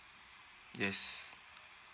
yes